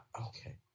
Okay